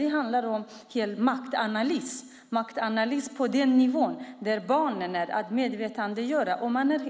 Det handlar om en maktanalys på den nivå där barnen finns, om att medvetandegöra detta.